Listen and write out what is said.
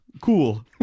Cool